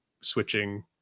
switching